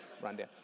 rundown